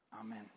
Amen